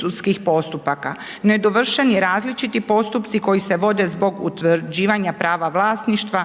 sudskih postupaka, nedovršeni različiti postupci koji se vode zbog utvrđivanja prava vlasništva,